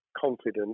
confident